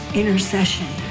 intercession